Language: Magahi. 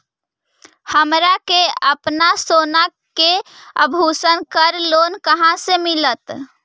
हमरा के अपना सोना के आभूषण पर लोन कहाँ से मिलत?